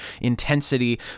intensity